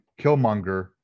Killmonger